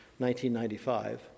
1995